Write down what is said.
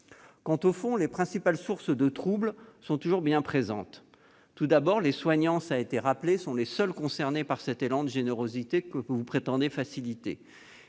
Quant au fond, les principales sources de trouble sont toujours bien présentes. Tout d'abord, comme cela a été rappelé, les soignants sont les seuls concernés par cet élan de générosité que vous prétendez faciliter.